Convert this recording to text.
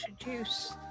introduce